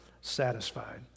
satisfied